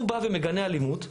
הוא בא ומגנה אלימות.